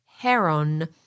Heron